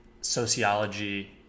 sociology